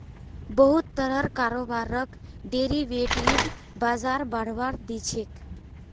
बहुत तरहर कारोबारक डेरिवेटिव बाजार बढ़ावा दी छेक